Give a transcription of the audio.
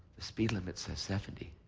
the speed limit says seventy.